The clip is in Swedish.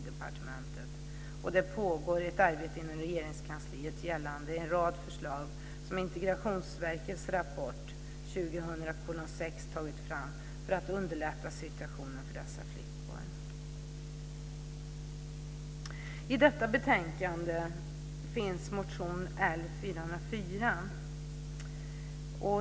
Det pågår också ett arbete inom Regeringskansliet gällande en rad förslag som tagits fram i Integrationsverkets rapport I detta betänkande finns motion L404.